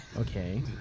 Okay